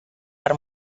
per